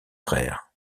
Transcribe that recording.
frères